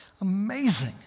Amazing